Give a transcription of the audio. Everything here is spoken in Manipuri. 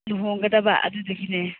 ꯂꯨꯍꯣꯡꯒꯗꯕ ꯑꯗꯨꯗꯨꯒꯤꯅꯦ